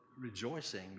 rejoicing